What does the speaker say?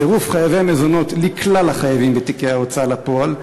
צירוף חייבי המזונות לכלל החייבים בתיקי ההוצאה לפועל,